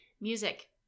Music